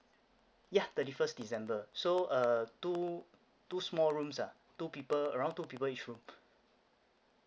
ya thirty first december so uh two two small rooms ah two people around two people each room